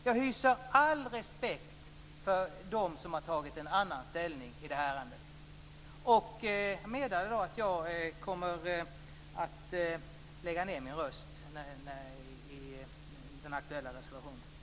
Jag hyser all respekt för dem som har gjort ett annat ställningstagande i det här ärendet och vill slutligen bara meddela att jag när det gäller nämnda reservation kommer att lägga ned min röst.